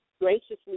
graciously